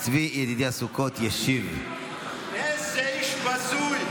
איזה בושה.